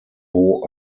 beaux